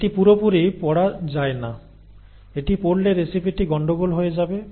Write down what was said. এটি পুরোপুরি পড়া যায় না এটি পড়লে রেসিপিটি গণ্ডগোল হয়ে যাবে